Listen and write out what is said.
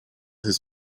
his